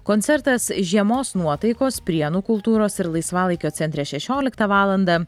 koncertas žiemos nuotaikos prienų kultūros ir laisvalaikio centre šešioliktą valandą